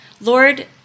Lord